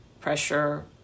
pressure